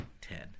ten